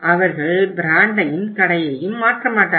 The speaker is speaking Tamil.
அவர்கள் பிராண்டையும் கடையையும் மாற்ற மாட்டார்கள்